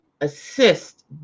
assist